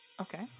Okay